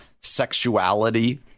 sexuality